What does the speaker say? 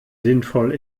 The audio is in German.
sinnvoll